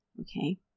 Okay